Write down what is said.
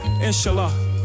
inshallah